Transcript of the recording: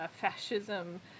fascism